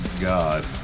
God